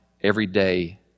everyday